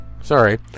Sorry